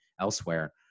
elsewhere